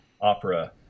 opera